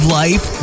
life